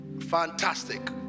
fantastic